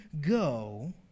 go